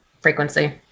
frequency